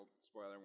spoiler